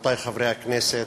רבותי חברי הכנסת,